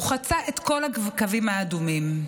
הוא חצה את כל הקווים האדומים.